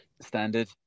Standard